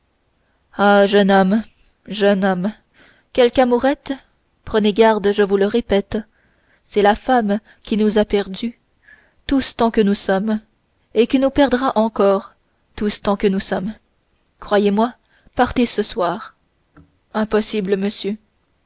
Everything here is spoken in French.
ah jeune homme jeune homme quelque amourette prenez garde je vous le répète c'est la femme qui nous a perdus tous tant que nous sommes croyez-moi partez ce soir impossible monsieur